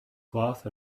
cloth